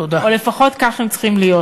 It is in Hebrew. או לפחות כך הם צריכים להיות.